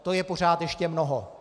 To je pořád ještě mnoho.